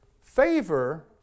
favor